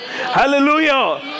Hallelujah